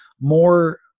more